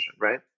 right